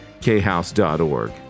khouse.org